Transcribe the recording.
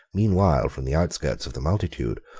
meanwhile, from the outskirts of the multitude,